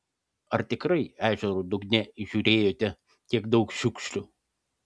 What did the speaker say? ar tikrai ežero dugne įžiūrėjote tiek daug šiukšlių